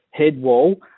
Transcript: Headwall